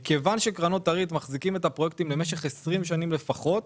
מכיוון שקרנות הריט מחזיקות את הפרויקטים למשך 20 שנים לפחות,